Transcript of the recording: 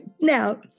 Now